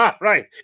right